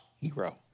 Hero